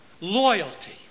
loyalty